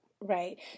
Right